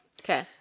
okay